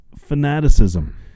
fanaticism